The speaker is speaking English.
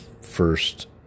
first